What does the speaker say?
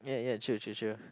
ya ya chill chill chill